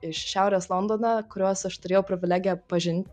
iš šiaurės londono kuriuos aš turėjau privilegiją pažin